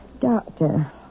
Doctor